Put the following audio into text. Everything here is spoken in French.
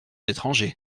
étranger